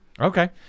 Okay